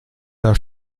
der